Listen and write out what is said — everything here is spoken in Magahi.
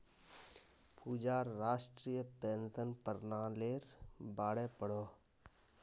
पूजा राष्ट्रीय पेंशन पर्नालिर बारे पढ़ोह